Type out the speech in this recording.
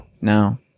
No